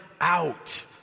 out